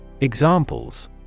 Examples